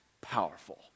powerful